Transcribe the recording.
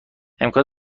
امکان